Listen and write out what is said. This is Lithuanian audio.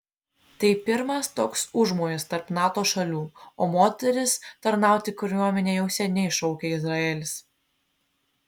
tai pirmas toks užmojis tarp nato šalių o moteris tarnauti kariuomenėje jau seniai šaukia izraelis